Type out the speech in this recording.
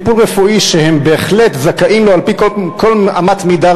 טיפול רפואי שהם בהחלט זכאים לו על-פי כל אמת מידה